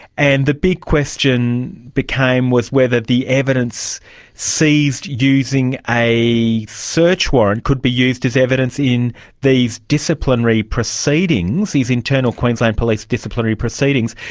and the big question became was whether the evidence seized using a search warrant could be used as evidence in these disciplinary proceedings, these internal queensland police disciplinary proceedings.